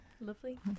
Lovely